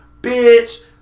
bitch